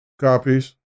copies